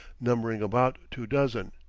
numbering about two dozen.